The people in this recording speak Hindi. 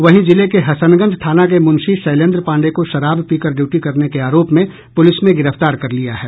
वहीं जिले के हसनगंज थाना के मुंशी शैलेन्द्र पांडे को शराब पीकर ड्यूटी करने के आरोप में पुलिस ने गिरफ्तार कर लिया है